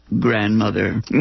grandmother